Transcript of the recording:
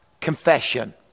confession